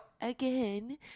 again